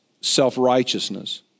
self-righteousness